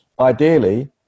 ideally